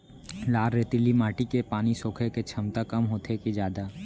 लाल रेतीली माटी के पानी सोखे के क्षमता कम होथे की जादा?